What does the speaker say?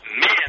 man